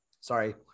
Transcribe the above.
sorry